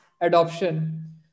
adoption